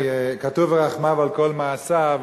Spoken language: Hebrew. "ורחמיו על כל מעשיו",